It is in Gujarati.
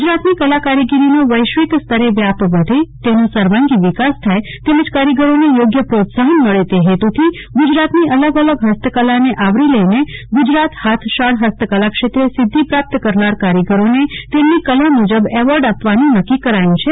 ગુજરાતની કલાકારીગીરીનો વૈશ્વિક સ્તરે વ્યાપ વધે તેનો સર્વાંગી વિકાસ થાય તેમજ કારીગરોને યોગ્ય પ્રોત્સાફન મળે તે ફેતુથી ગુજરાતની અલગ અલગ ફસ્તકલાને આવરી લઇને ગુજરાત ફાથશાળ ફસ્તકલા ક્ષેત્રે સિદ્ધિ પ્રાપ્ત કરનાર કારીગરોને તેમની કલા મુજબ એવોર્ડ આપવાનું નક્કી કરાયું છે